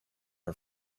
her